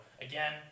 again